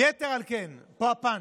ויתר על כן, פה הפאנץ'.